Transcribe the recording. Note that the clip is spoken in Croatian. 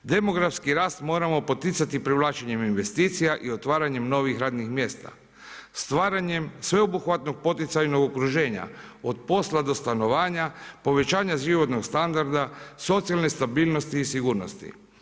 Demografski rast moramo poticati privlačenjem investicija i otvaranjem novih radnih mjesta, stvaranjem sveobuhvatnog poticajnog okruženja od posla do stanovanja, povećanja životnog standarda, socijalne stabilnosti i sigurnosti.